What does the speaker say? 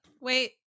wait